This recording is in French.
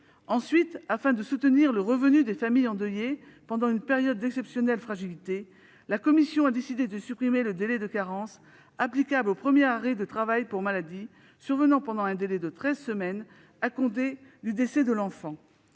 plus, afin de soutenir le revenu des familles endeuillées pendant une période d'exceptionnelle fragilité, la commission a décidé de supprimer le délai de carence applicable au premier arrêt de travail pour maladie survenant dans un délai de treize semaines à compter du décès de l'enfant.